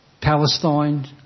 Palestine